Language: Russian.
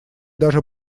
даже